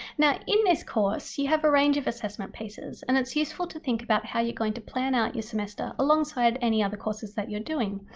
yeah in this course you have a range of assessment pieces and it's useful to think about how you're going to plan out your semester alongside any other courses that you're doing.